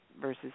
versus